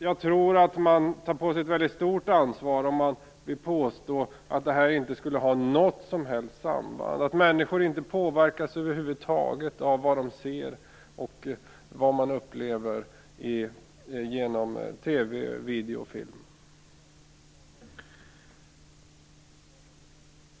Jag tror att man tar på sig ett mycket stort ansvar om man vill påstå att det här inte skulle ha något som helst samband, att människor inte påverkas över huvud taget av vad de ser och upplever genom TV, video och film.